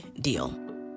deal